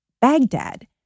Baghdad